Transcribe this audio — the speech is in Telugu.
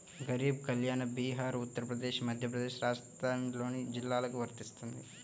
గరీబ్ కళ్యాణ్ బీహార్, ఉత్తరప్రదేశ్, మధ్యప్రదేశ్, రాజస్థాన్లోని జిల్లాలకు వర్తిస్తుంది